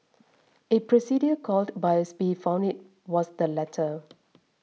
a procedure called biopsy found it was the latter